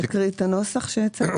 אני אקריא את הנוסח שהצעתם?